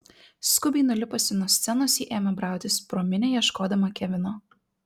skubiai nulipusi nuo scenos ji ėmė brautis pro minią ieškodama kevino